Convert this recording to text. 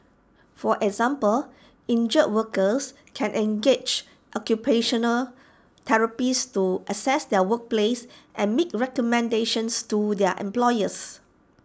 for example injured workers can engage occupational therapists to assess their workplace and make recommendations to their employers